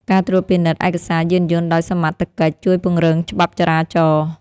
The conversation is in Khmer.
ការត្រួតពិនិត្យឯកសារយានយន្តដោយសមត្ថកិច្ចជួយពង្រឹងច្បាប់ចរាចរណ៍។